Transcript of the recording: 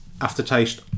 aftertaste